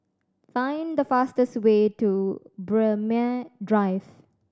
find the fastest way to Braemar Drive